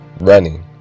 running